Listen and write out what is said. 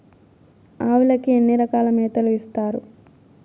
ఆవులకి ఎన్ని రకాల మేతలు ఇస్తారు?